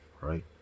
right